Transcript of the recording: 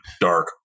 dark